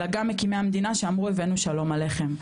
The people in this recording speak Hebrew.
אלא גם מקימי המדינה שאמרו הבאנו שלום עליכם.